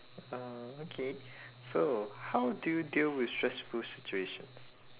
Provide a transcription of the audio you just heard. uh okay so how do you deal with stressful situations